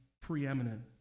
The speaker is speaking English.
preeminent